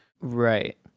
Right